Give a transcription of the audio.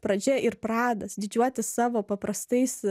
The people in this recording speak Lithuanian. pradžia ir pradas didžiuotis savo paprastais